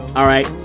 all right,